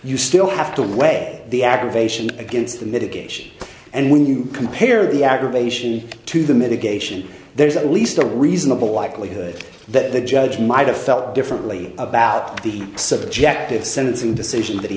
you still have to weigh the aggravation against the mitigation and when you compare the aggravation to the mitigation there's at least a reasonable likelihood that the judge might have felt differently about the subjective sentence who decision that he